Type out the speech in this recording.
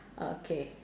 okay